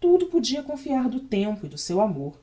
tudo podia confiar do tempo e do seu amor